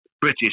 British